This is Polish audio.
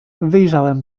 wyjrzałem